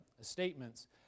statements